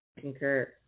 Concur